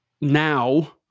now